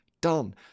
done